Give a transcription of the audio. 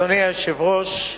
אדוני היושב-ראש,